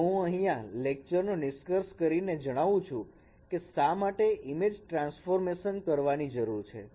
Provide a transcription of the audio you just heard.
તો હું અહીંયા આ લેક્ચર નો નિષ્કર્ષ કરીને જણાવું છું કે શા માટે ઈમેજ ટ્રાન્સફોર્મેશન કરવાની ની જરૂર છે